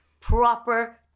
proper